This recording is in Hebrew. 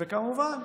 וכמובן,